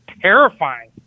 terrifying